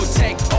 take